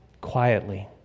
Quietly